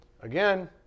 Again